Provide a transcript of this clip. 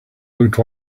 looked